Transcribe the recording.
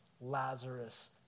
Lazarus